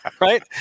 right